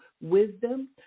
wisdom